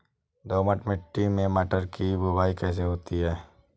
दोमट मिट्टी में मटर की बुवाई कैसे होती है?